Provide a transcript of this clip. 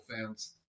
fans